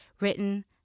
written